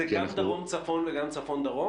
זה גם דרום-צפון וגם צפון-דרום?